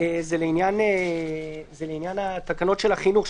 זה לעניין תקנות של החינוך,